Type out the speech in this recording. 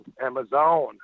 Amazon